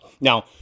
Now